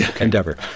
endeavor